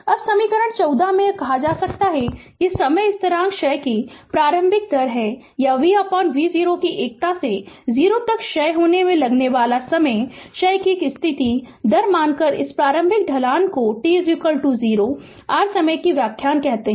अब समीकरण 14 से यह कहा जा सकता है कि समय स्थिरांक क्षय की प्रारंभिक दर है या vv0 कि एकता से 0 तक क्षय होने में लगने वाला समय क्षय की एक स्थिर दर मानकर इस प्रारंभिक ढलान को t 0 r समय की व्याख्या कहते हैं